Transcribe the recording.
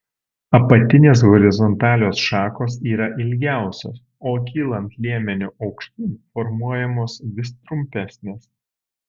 apatinės horizontalios šakos yra ilgiausios o kylant liemeniu aukštyn formuojamos vis trumpesnės